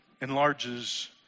enlarges